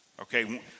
Okay